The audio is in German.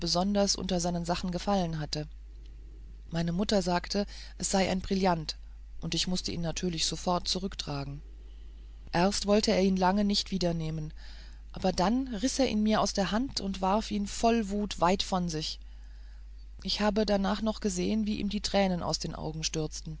besonders unter seinen sachen gefallen hatte meine mutter sagte es sei ein brillant und ich mußte ihn natürlich sofort zurücktragen erst wollte er ihn lange nicht wiedernehmen aber dann riß er ihn mir aus der hand und warf ihn voll wut weit von sich ich habe aber dennoch gesehen wie ihm dabei die tränen aus den augen stürzten